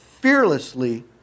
fearlessly